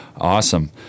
Awesome